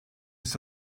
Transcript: ist